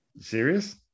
Serious